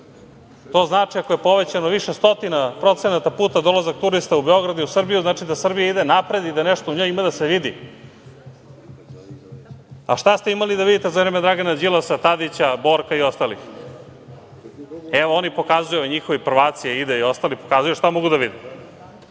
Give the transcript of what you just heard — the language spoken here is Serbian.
To znači ako je povećano više stotina procenata puta dolazak turista u Beograd, u Srbiju, znači da Srbija ide napred i da nešto u njoj ima da se vidi. A šta ste imali da vidite za vreme Dragana Đilasa, Tadića, Borka i svih ostalih. Evo, oni pokazuju, njihovi prvaci, Aida i ostali, pokazuju šta mogu da vide.